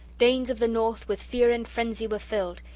danes of the north with fear and frenzy were filled,